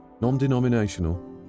non-denominational